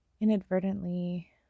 inadvertently